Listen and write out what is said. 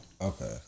Okay